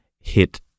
hit